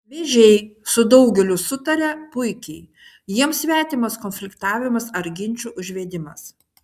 vėžiai su daugeliu sutaria puikiai jiems svetimas konfliktavimas ar ginčų užvedimas